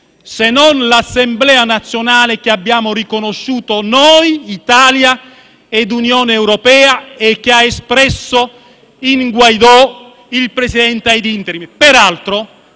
se non l'Assemblea nazionale che abbiamo riconosciuto noi, Italia e Unione europea, e che ha espresso in Guaidó il Presidente *ad interim*?